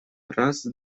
раз